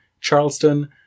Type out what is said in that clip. Charleston